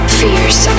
fierce